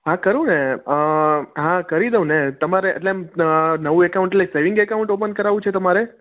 હા કરું ને હા કરી દઉં ને તમારે એટલે એમ નવું અકાઉંટ એટલે સેવિંગ અકાઉંટ ઓપન કરાવવું છે તમારે